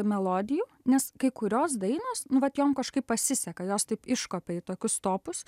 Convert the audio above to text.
melodijų nes kai kurios dainos nu vat jom kažkaip pasiseka jos taip iškopia į tokius topus